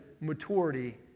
maturity